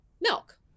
milk